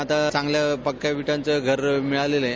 आता चांगल पक्या विटाचं घर मिळालेलं आहे